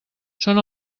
són